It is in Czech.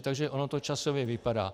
Takže ono to časově vypadá.